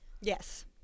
Yes